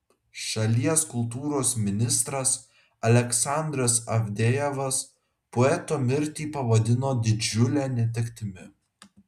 šalies kultūros ministras aleksandras avdejevas poeto mirtį pavadino didžiule netektimi